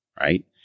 Right